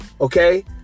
okay